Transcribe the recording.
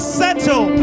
settle